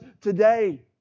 today